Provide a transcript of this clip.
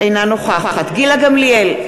אינה נוכחת גילה גמליאל,